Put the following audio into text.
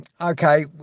okay